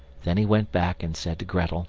then he went back and said to grettel